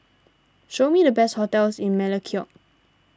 show me the best hotels in Melekeok